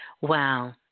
Wow